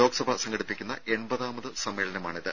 ലോക്സഭ സംഘടിപ്പിക്കുന്ന എൺപതാമത് സമ്മേളനമാണിത്